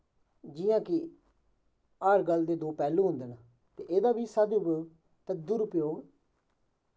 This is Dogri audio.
जियां कि हर गल्ल दे दो पैह्लू होंदे न ते एह्दा बी सदपुयोग दुरपयोग